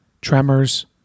tremors